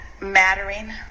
mattering